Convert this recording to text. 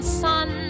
sun